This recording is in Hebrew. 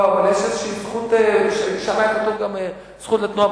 לא, אבל יש איזושהי זכות, זכות לתנועה